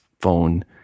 phone